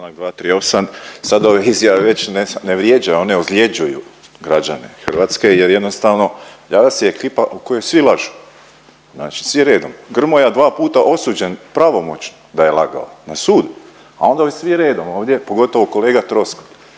sada ove izjave već ne vrijeđaju, one ozljeđuju građane Hrvatske jer jednostavno javlja se ekipa u kojoj svi lažu, znači svi redom. Grmoja dva puta osuđen pravomoćno da je lagao na sud, a onda ovi svi redom ovdje, pogotovo kolega Troskot